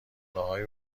های